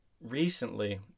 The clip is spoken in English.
recently